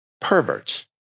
perverts